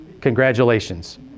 Congratulations